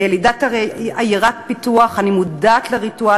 כילידת עיירת פיתוח אני מודעת לריטואל